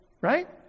right